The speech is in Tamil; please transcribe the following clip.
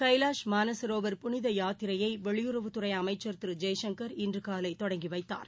கைவாஷ் மானசரோவர் புனிதயாத்திரையைவெளியுறவுத்துறைஅமைச்சர் திருஜெய்சங்கர் இன்றுகாலைதொடங்கிவைத்தார்